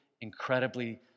incredibly